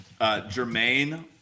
Jermaine